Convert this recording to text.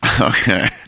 Okay